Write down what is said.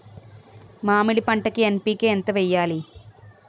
మామిడి పంటకి ఎన్.పీ.కే ఎంత వెయ్యాలి?